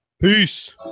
Peace